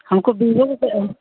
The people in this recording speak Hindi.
हमको